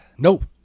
Nope